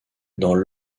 dans